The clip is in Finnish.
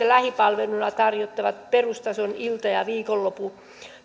lähipalveluna tarjottavat perustason ilta ja viikonlopun